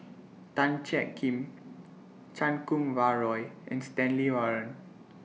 Tan Kim Chan Kum Wah Roy and Stanley Warren